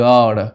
God